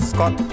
Scott